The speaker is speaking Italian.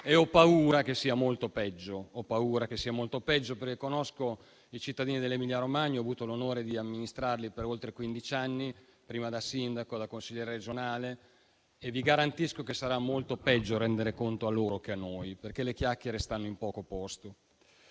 e ho paura che sia molto peggio. Ho paura che sia molto peggio, perché conosco i cittadini dell'Emilia-Romagna, che ho avuto l'onore di amministrare per oltre quindici anni, prima da sindaco e poi da consigliere regionale. Io vi garantisco che sarà molto peggio rendere conto a loro che a noi, perché con loro le chiacchiere hanno poco posto.